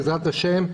בעזרת השם,